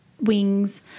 wings